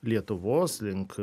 lietuvos link